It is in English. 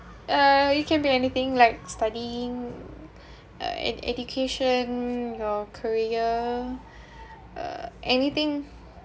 uh it can be anything like studying and education your career uh anything